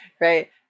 right